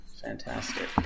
fantastic